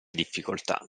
difficoltà